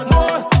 More